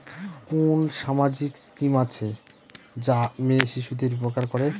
কোন সামাজিক স্কিম আছে যা মেয়ে শিশুদের উপকার করে?